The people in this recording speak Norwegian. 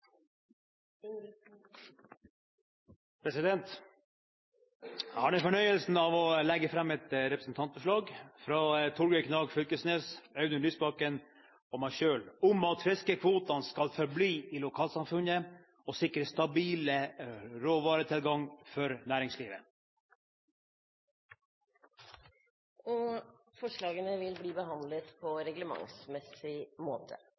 fornøyelsen av å legge fram et representantforslag fra Torgeir Knag Fylkesnes, Audun Lysbakken og meg selv om at fiskekvotene skal forbli i lokalsamfunnet og sikre stabil råvaretilgang for næringslivet. Forslagene vil bli behandlet på reglementsmessig måte.